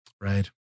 Right